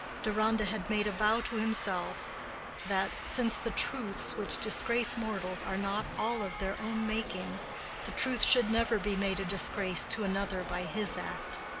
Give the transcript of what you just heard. deronda had made a vow to himself that since the truths which disgrace mortals are not all of their own making the truth should never be made a disgrace to another by his act.